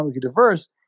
diverse